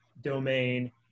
domain